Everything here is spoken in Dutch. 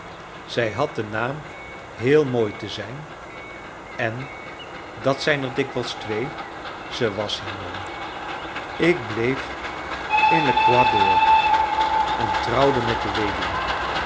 zij had den naam heel mooi te zijn en dat zijn er dikwijls twee ze was heel mooi ik bleef in le croix d or en trouwde met de weduwe